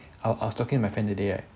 I I was talking my friend today right